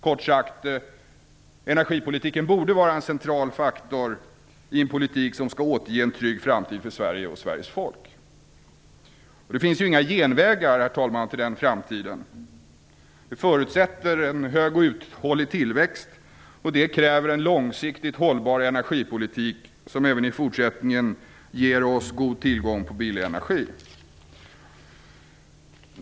Kort sagt borde energipolitiken vara en central faktor i en politik som skall återge en trygg framtid för Sverige och Sveriges folk. Det finns inga genvägar, herr talman, till den framtiden. Den förutsätter en hög och uthållig tillväxt. Det kräver en långsiktigt hållbar energipolitik som även i fortsättningen ger oss god tillgång på billig energi.